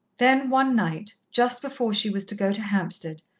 then one night, just before she was to go to hampstead,